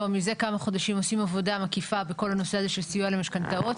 כבר מזה כמה חודשים עושים עבודה מקיפה בכל הנושא הקשור לסיוע למשכנתאות.